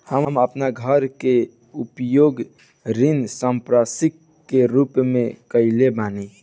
हम आपन घर के उपयोग ऋण संपार्श्विक के रूप में कइले बानी